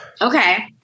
Okay